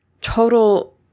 total